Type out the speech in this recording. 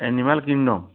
ଏନିଭାଲକିନୋ